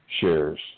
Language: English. shares